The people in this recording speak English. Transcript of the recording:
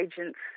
agents